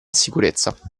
sicurezza